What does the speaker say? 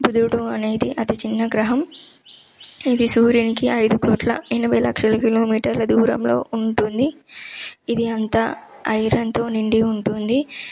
బుధుడు అనేది అతి చిన్న గ్రహం ఇది సూర్యునికి ఐదు కోట్ల ఎనభై లక్షల కిలోమీటర్ల దూరంలో ఉంటుంది ఇది అంతా ఐరెన్తో నిండి ఉంటుంది